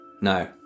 No